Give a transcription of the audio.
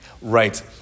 Right